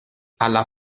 alla